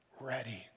ready